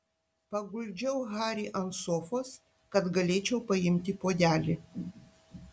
paguldžiau harį ant sofos kad galėčiau paimti puodelį